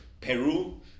Peru